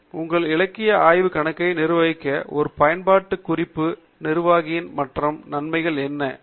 உங்கள் இலக்கிய ஆய்வு கணக்கை நிர்வகிக்க ஒரு பயன்பாட்டு குறிப்பு நிர்வாகியின் மற்ற நன்மைகள் யாவை